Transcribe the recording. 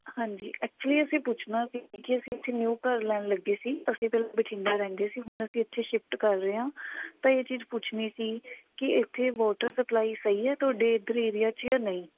ਹਾਂਜੀ ਐਕਚੁਅਲੀ ਅਸੀਂ ਪੁੱਛਣਾ ਸੀ ਕਿ ਅਸੀਂ ਇੱਥੇ ਨਿਊ ਘਰ ਲੈਣ ਲੱਗੇ ਸੀ ਅਸੀਂ ਪਹਿਲਾਂ ਬਠਿੰਡਾ ਰਹਿੰਦੇ ਸੀ ਹੁਣ ਅਸੀਂ ਇੱਥੇ ਸ਼ਿਫਟ ਕਰ ਰਹੇ ਹਾਂ ਤਾਂ ਇਹ ਚੀਜ਼ ਪੁੱਛਣੀ ਸੀ ਕਿ ਇੱਥੇ ਵੋਟਰ ਸਪਲਾਈ ਸਹੀ ਹੈ ਤੁਹਾਡੇ ਇੱਧਰ ਏਰੀਆ 'ਚ ਜਾਂ ਨਹੀਂ